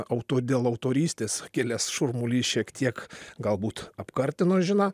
auto dėl autorystės kilęs šurmulys šiek tiek galbūt apkartino žiną